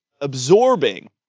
absorbing